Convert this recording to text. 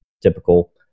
typical